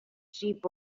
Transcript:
sheep